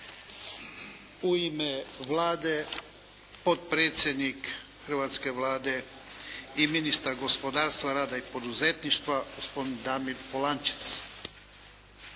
U ime Vlade, potpredsjednik Hrvatske vlade i ministar gospodarstva rada i poduzetništva gospodin Damir Polančec.